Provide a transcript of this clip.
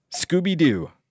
Scooby-Doo